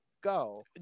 go